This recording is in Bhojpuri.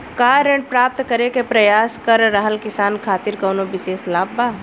का ऋण प्राप्त करे के प्रयास कर रहल किसान खातिर कउनो विशेष लाभ बा?